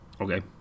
Okay